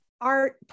art